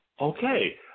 Okay